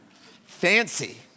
fancy